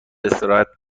استراحت